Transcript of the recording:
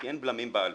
כי אין בלמים בהליך.